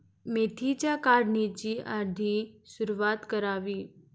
मेथीच्या काढणीची कधी सुरूवात करावी?